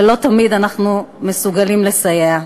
ולא תמיד אנחנו מסוגלים לסייע.